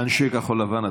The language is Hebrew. אנשי כחול לבן,